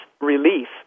relief